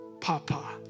Papa